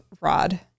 Rod